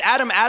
Adam